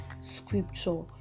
scripture